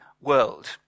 world